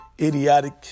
idiotic